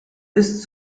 ist